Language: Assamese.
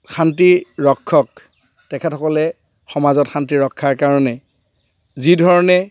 শান্তি ৰক্ষক তেখেতসকলে সমাজত শান্তি ৰক্ষাৰ কাৰণে যিধৰণে